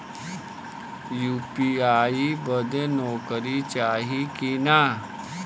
UPI बदे नौकरी चाही की ना?